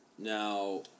Now